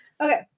okay